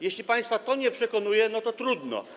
Jeśli państwa to nie przekonuje, to trudno.